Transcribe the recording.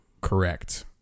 Correct